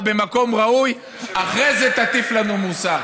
לאט-לאט זה יחלחל לכל רובדי החברה הישראלית אם